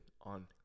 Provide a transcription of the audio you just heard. on